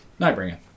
Nightbringer